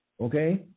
Okay